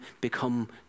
become